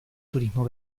turismo